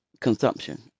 consumption